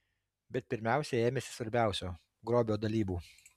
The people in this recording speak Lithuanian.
bet pirmiausia ėmėsi svarbiausio grobio dalybų